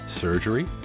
surgery